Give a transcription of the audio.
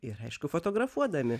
ir aišku fotografuodami